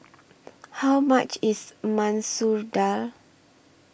How much IS Masoor Dal